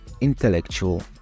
intellectual